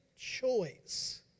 choice